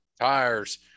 tires